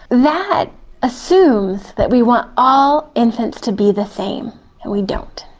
that assumes that we want all infants to be the same, and we don't.